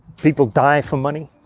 people die for money,